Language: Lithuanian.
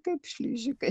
kaip šližikai